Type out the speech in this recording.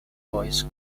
boys